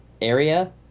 area